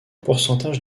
pourcentage